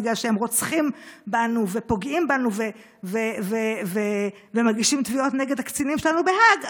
בגלל שהם רוצחים בנו ופוגעים בנו ומגישים תביעות נגד הקצינים שלנו בהאג,